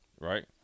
right